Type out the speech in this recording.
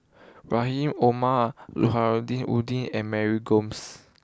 Rahim Omar Nordin and Mary Gomes